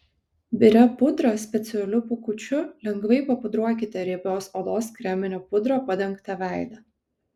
biria pudra specialiu pūkučiu lengvai papudruokite riebios odos kremine pudra padengtą veidą